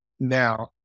now